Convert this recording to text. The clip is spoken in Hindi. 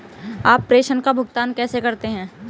आप प्रेषण का भुगतान कैसे करते हैं?